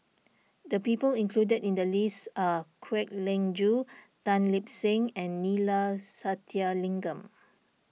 the people included in the list are Kwek Leng Joo Tan Lip Seng and Neila Sathyalingam